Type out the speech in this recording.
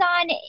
on